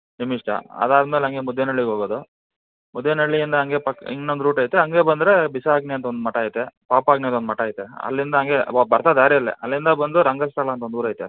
ನಿಮ್ಮಿಷ್ಟ ಅದಾದಮೇಲೆ ಹಾಗೆ ಮುದ್ದೇನಹಳ್ಳಿಗೆ ಹೋಗೋದು ಮುದ್ದೇನಹಳ್ಳಿಯಿಂದ ಹಾಗೆ ಪಕ್ಕ ಇನ್ನೊಂದು ರೂಟ್ ಐತೆ ಹಾಗೆ ಬಂದರೆ ಬಿಸಾಗ್ನಿ ಅಂತ ಒಂದು ಮಠ ಐತೆ ಪಾಪಾಗ್ನಿದು ಒಂದು ಮಠ ಐತೆ ಅಲ್ಲಿಂದ ಹಾಗೆ ಬರ್ತಾ ದಾರಿಯಲ್ಲೆ ಅಲ್ಲಿಂದ ಬಂದು ರಂಗಸ್ಥಳ ಅಂತ ಒಂದು ಊರು ಐತೆ